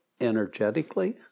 energetically